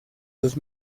dos